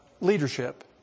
leadership